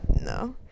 no